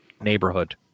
neighborhood